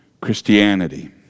Christianity